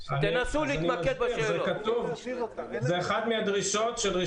זאת אחת מהדרישות של רישוי עסקים.